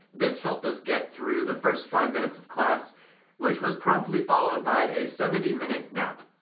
this helped us get through the first five minutes of class which was promptly followed by a seventy minute nap.